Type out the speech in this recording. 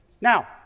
Now